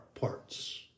parts